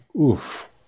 Oof